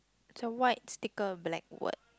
it's a white sticker black word